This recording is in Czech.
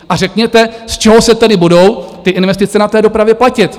A řekněte, z čeho se tedy budou investice na dopravě platit?